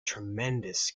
tremendous